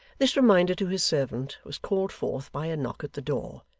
this reminder to his servant was called forth by a knock at the door,